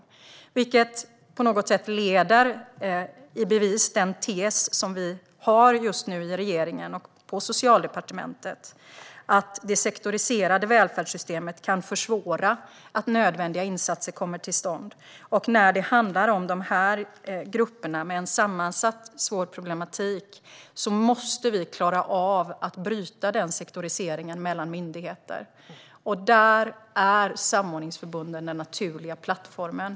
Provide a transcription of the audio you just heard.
Detta leder på något sätt i bevis den tes vi har just nu i regeringen och på Socialdepartementet, att det sektoriserade välfärdssystemet kan försvåra nödvändiga insatser. När det handlar om dessa grupper med en sammansatt, svår problematik, måste vi klara av att bryta sektoriseringen mellan myndigheter. Där är samordningsförbunden den naturliga plattformen.